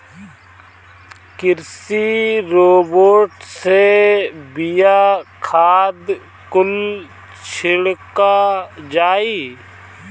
कृषि रोबोट से बिया, खाद कुल छिड़का जाई